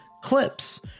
Clips